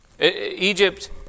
Egypt